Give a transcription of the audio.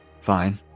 fine